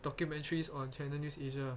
documentaries on channel news asia